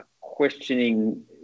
questioning